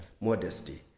modesty